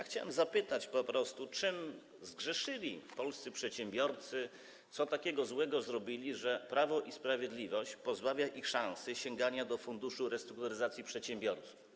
Chciałem po prostu zapytać, czym zgrzeszyli polscy przedsiębiorcy, co takiego złego zrobili, że Prawo i Sprawiedliwość pozbawia ich szansy na sięganie do Funduszu Restrukturyzacji Przedsiębiorców.